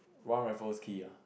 One Raffles Quay ah